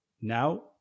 now